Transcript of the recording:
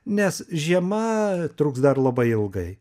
nes žiema truks dar labai ilgai